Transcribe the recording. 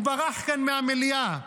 הוא ברח כאן מהמליאה.